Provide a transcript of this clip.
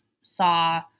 saw